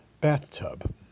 bathtub